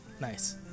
Nice